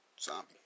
zombie